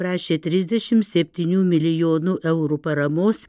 prašė trisdešim septynių milijonų eurų paramos